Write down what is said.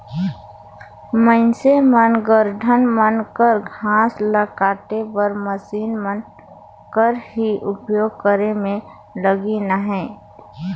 मइनसे मन गारडन मन कर घांस ल काटे बर मसीन मन कर ही उपियोग करे में लगिल अहें